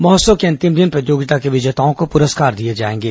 महोत्सव के अंतिम दिन प्रतियोगिता के विजेताओं को पुरस्कार दिए जाएंगे